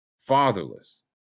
Fatherless